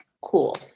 cool